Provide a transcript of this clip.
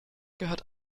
gehört